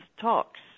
Talks